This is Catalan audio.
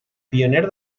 pioner